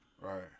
Right